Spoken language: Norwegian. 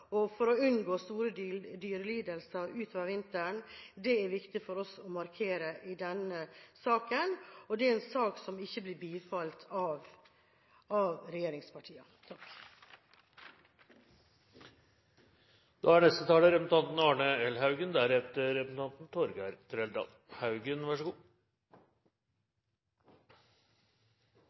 for å unngå store dyrelidelser utover vinteren. Det er viktig for oss å markere det i denne saken. Det er en sak som ikke blir bifalt av regjeringspartiene.